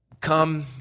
come